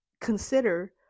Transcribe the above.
consider